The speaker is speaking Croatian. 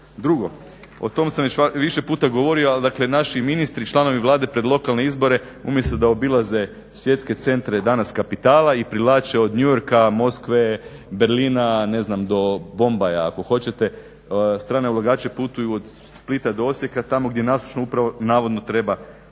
Drugo, o tom sam već više puta govorio, ali dakle naši ministri, članovi Vlade pred lokalne izbore umjesto da obilaze svjetske centre danas kapitala i privlače od New Yorka, Moskve, Berlina do Bombaja ako hoćete, strane ulagače, putuju od Splita do Osijeka, tamo gdje nasušno upravo navodno treba novih